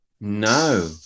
No